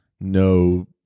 No